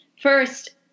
First